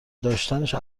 داشتنش